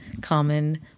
common